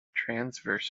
transverse